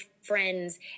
friends